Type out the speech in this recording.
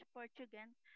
Portuguese